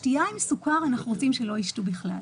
שתייה עם סוכר אנחנו רוצים שלא ישתו בכלל.